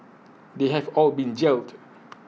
they have all been jailed